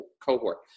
cohort